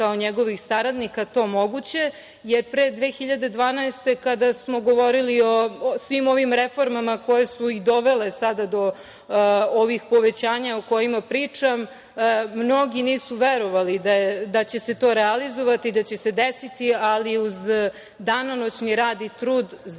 kao njegovih saradnika to moguće, jer pre 2012. godine kada smo govorili o svim ovim reformama koje su i dovele sada do ovih povećanja o kojima pričam, mnogi nisu verovali da će se to realizovati, da će se desiti, ali uz danonoćni rad i trud zapravo